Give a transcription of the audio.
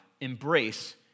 Embrace